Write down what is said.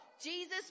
Jesus